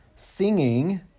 singing